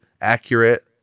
accurate